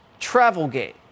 Travelgate